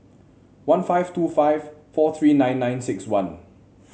one five two five four three nine nine six one